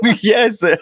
yes